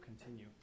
continue